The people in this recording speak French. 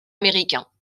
américain